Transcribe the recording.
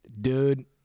Dude